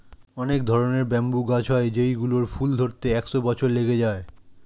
অনেক ধরনের ব্যাম্বু গাছ হয় যেই গুলোর ফুল ধরতে একশো বছর লেগে যায়